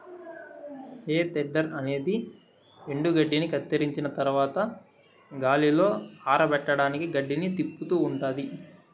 హే tedder అనేది ఎండుగడ్డిని కత్తిరించిన తరవాత గాలిలో ఆరపెట్టడానికి గడ్డిని తిప్పుతూ ఉంటాది